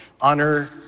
honor